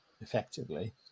effectively